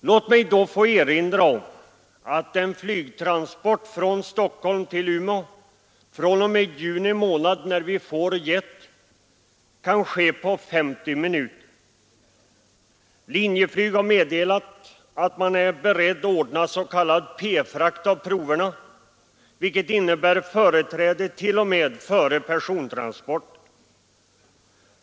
Låt mig då erinra om att en flygtransport från Stockholm till Umeå fr.o.m. juni månad, när vi får jet, kan ske på 50 minuter. Linjeflyg har meddelat att man är beredd att ordna s.k. P-frakt av proverna, vilket innebär att de får företräde t.o.m. framför persontransporter.